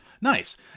nice